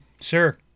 Sure